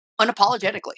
unapologetically